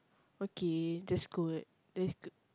okay that's good that's